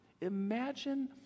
Imagine